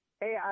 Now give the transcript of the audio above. hey